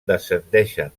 descendeixen